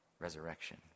resurrection